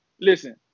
listen